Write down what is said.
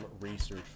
research